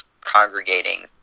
congregating